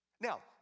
Now